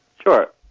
Sure